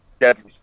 Deadly